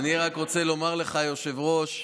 אני רק רוצה לומר לך, היושב-ראש,